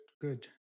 good